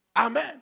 Amen